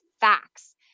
facts